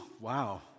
Wow